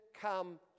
come